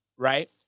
Right